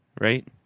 right